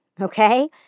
okay